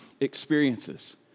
experiences